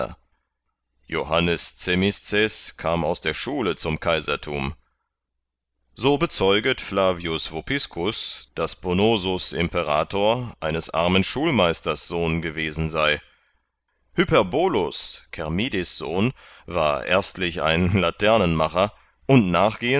johannes zemisces kam aus der schule zum kaisertum so bezeuget flavius vopiscus daß bonosus imperator eines armen schulmeisters sohn gewesen sei hyperbolus chermidis sohn war erstlich ein laternenmacher und